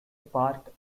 part